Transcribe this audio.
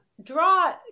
draw